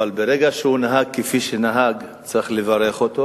אבל ברגע שנהג כפי שנהג, צריך לברך אותו